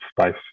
space